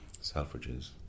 Selfridges